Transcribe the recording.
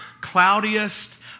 cloudiest